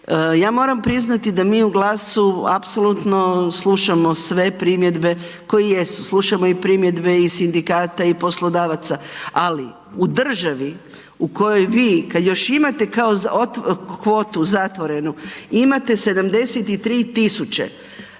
Ja moram priznati da mi u GLAS-u apsolutno slušamo sve primjedbe koje jesu, slušamo i primjedbe i sindikata i poslodavaca, ali u državi u kojoj vi kad još imate kao kvotu zatvorenu, imate 73.000